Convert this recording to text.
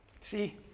See